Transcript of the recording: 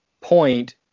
point